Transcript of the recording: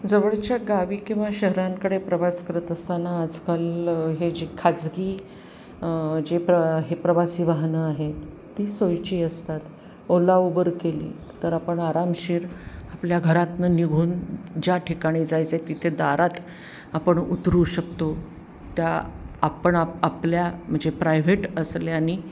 जवळच्या गावी किंवा शहरांकडे प्रवास करत असताना आजकाल हे जे खाजगी जे प्र हे प्रवासी वाहनं आहे ती सोयची असतात ओला उबर केली तर आपण आरामशीर आपल्या घरातून निघून ज्या ठिकाणी जायचे तिथे दारात आपण उतरू शकतो त्या आपण आपल्या म्हणजे प्रायव्हेट असल्याने